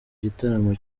gitaramo